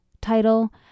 title